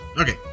Okay